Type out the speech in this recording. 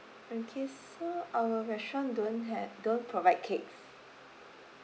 okay so our restaurant don't have don't provide cakes